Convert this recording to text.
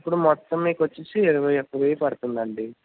ఇప్పుడు మొత్తం మీకు వచ్చేసి ఇరవై ఒక్క వెయ్యి పడుతుంది అండి